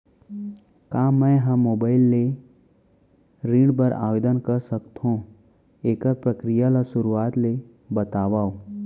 का मैं ह मोबाइल ले ऋण बर आवेदन कर सकथो, एखर प्रक्रिया ला शुरुआत ले बतावव?